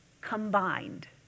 combined